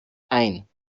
ein